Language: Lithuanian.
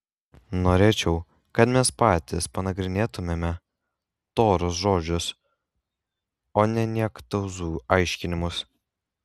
norėčiau kad mes patys panagrinėtumėme toros žodžius o ne niektauzų aiškinimus